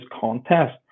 contest